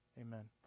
Amen